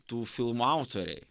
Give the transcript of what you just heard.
tų filmų autoriai